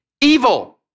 evil